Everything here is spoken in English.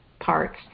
parts